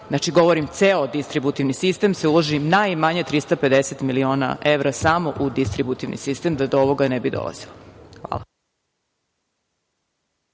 znači govorim ceo distributivni sistem se uloži najmanje 350 miliona evra, samo u distributivni sistem da do ovoga ne bi dolazilo. Hvala.